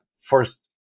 first